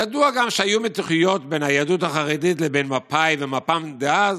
ידוע גם שהיו מתיחויות בין היהדות החרדית לבין מפא"י ומפ"ם דאז,